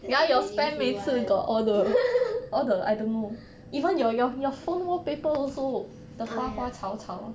that's a meaningful [one] ah ya